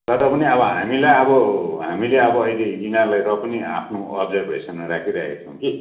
तर पनि अब हामीलाई अब हामीले अब यिनीहरूलाई र पनि आफ्नो अब्जर्भेसनमा राखिरहेका छौँ कि